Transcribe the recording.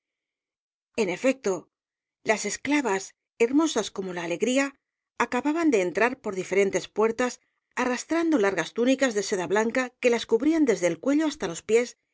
en efecto las esclavas hermosas como la alegría acababan de entrar por diferentes puertas arrastrando largas túnicas de seda blanca que las cubrían desde el cuello hasta los pies